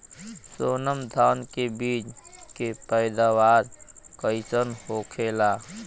सोनम धान के बिज के पैदावार कइसन होखेला?